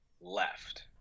left